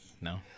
No